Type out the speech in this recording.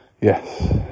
Yes